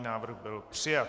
Návrh byl přijat.